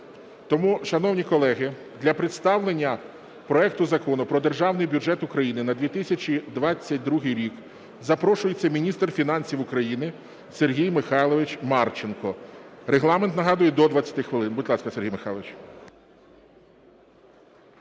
Тому, шановні колеги, для представлення проекту Закону про Державний бюджет України на 2022 рік запрошується міністр фінансів України Сергій Михайлович Марченко. Регламент, нагадую, до 20 хвилин. Будь ласка, Сергій Михайлович.